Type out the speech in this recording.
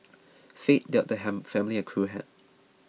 fate dealt the ham family a cruel hand